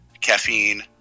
caffeine